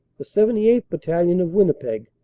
the seventy eighth. battalion, of winnipeg,